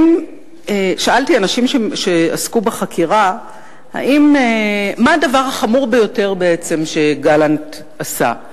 שאלתי אנשים שעסקו בחקירה מה הדבר החמור ביותר שגלנט עשה.